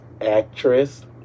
actress